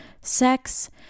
sex